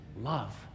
love